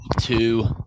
two